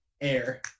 Air